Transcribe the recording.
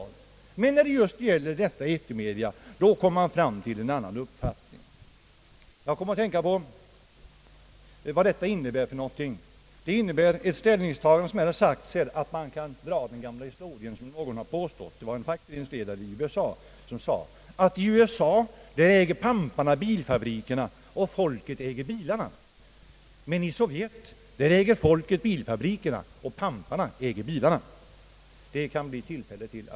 Men när det gäller etermedia, då kommer man fram till en annan uppfattning. Jag kom att tänka på vad detta innebär. Det innebär ett ställningstagande som kommer en att tänka på den gamla historien om en fackföreningsledare i USA som sade att i USA, där äger pamparna bilfabrikerna och folket äger bilarna, men i Sovjet, där äger folket bilfabrikerna och pamparna äger bilarna.